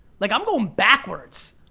like i'm goin' backwards.